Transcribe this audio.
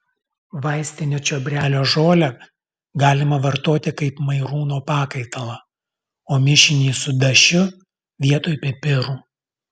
vaistinio čiobrelio žolę galima vartoti kaip mairūno pakaitalą o mišinį su dašiu vietoj pipirų